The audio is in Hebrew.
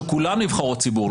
שכולן נבחרות ציבור,